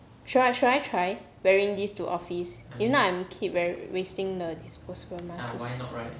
should I should I try wearing these to office if not I'm keep weari~ wasting the disposable mask